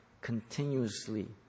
continuously